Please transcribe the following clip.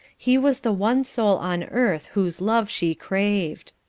he was the one soul on earth whose love she craved.